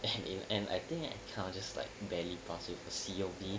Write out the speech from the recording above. and in and I think that kind of just like barely pass with a C or D